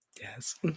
Yes